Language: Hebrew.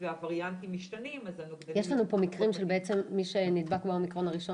והווריאנטים משתנים -- יש לנו פה מקרים של בעצם מי שנדבק באומיקרון הראשון